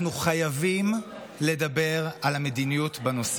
אנחנו חייבים לדבר על המדיניות בנושא.